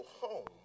home